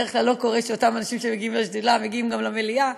בדרך כלל לא קורה שאותם אנשים שמגיעים לשדולה מגיעים גם למליאה,